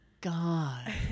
God